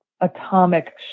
atomic